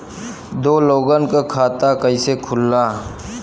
दो लोगक खाता कइसे खुल्ला?